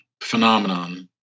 phenomenon